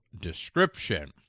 description